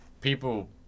people